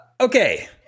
Okay